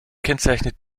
kennzeichnet